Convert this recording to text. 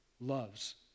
loves